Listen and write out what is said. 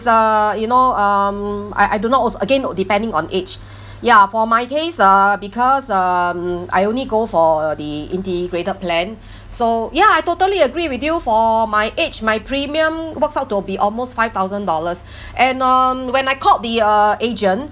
uh you know um I I do not also again depending on age ya for my case ah because um I only go for the integrated plan so ya I totally agree with you for my age my premium works out to be almost five thousand dollars and um when I called the uh agent